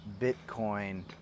Bitcoin